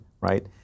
right